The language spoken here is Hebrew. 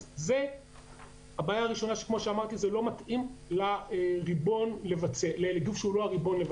זו הבעיה הראשונה זה לא מתאים שיבצע זאת גוף שאינו הריבון.